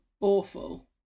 awful